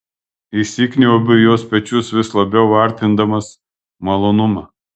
įsikniaubiu į jos pečius vis labiau artindamas malonumą